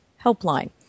helpline